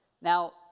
Now